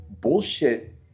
bullshit